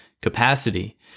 capacity